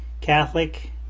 Catholic